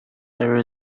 there